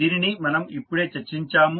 దీనిని మనం ఇప్పుడే చర్చించాము